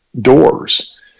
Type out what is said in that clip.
doors